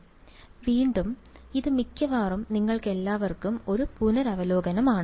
അതിനാൽ വീണ്ടും ഇത് മിക്കവാറും നിങ്ങൾക്കെല്ലാവർക്കും ഒരു പുനരവലോകനമാണ്